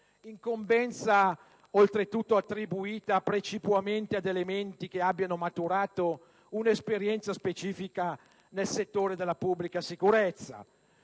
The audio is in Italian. incombenza oltretutto attribuita precipuamente ad elementi che abbiano maturato un'esperienza specifica nel settore della pubblica sicurezza: